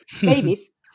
babies